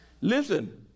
Listen